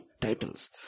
titles